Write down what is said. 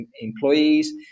employees